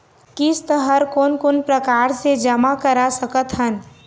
किस्त हर कोन कोन प्रकार से जमा करा सकत हन?